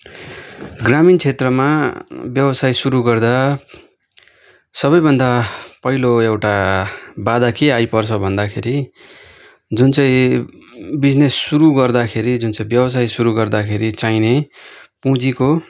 ग्रामिण क्षेत्रमा व्यवसाय सुरु गर्दा सबैभन्दा पहिलो एउटा बाधा के आइपर्छ भन्दाखेरि जुन चाहिँ बिजनेस सुरु गर्दाखेरि जुन चाहिँ व्यावसाय सुरु गर्दाखेरि चाहिने पुँजीको